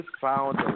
found